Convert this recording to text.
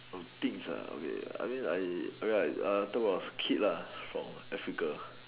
oh things ah okay I mean I I like err talk about kid lah from Africa